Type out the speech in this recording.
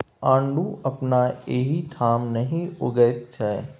आड़ू अपना एहिठाम नहि उगैत छै